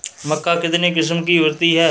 मक्का कितने किस्म की होती है?